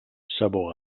sabó